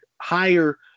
higher